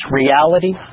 reality